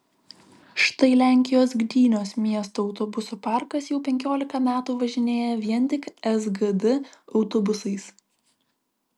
štai lenkijos gdynios miesto autobusų parkas jau penkiolika metų važinėja vien tik sgd autobusais